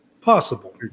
Possible